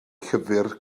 llyfr